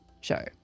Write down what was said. show